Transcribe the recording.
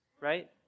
right